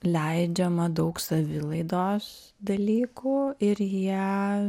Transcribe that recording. leidžiama daug savilaidos dalykų ir jie